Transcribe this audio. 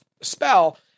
spell